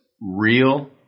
real